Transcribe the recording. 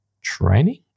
training